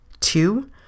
Two